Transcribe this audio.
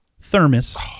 thermos